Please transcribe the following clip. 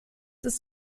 ist